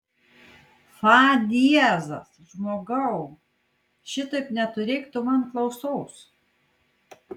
fa diezas žmogau šitaip neturėk tu man klausos